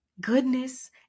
Goodness